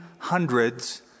hundreds